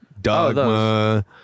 Dogma